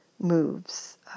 moves